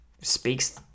speaks